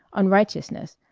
unrighteousness,